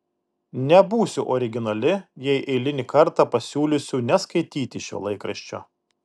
nebūsiu originali jei eilinį kartą pasiūlysiu neskaityti šio laikraščio